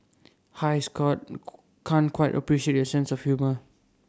hi scoot can't quite appreciate your sense of humour